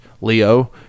Leo